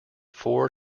four